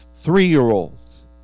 three-year-olds